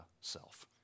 self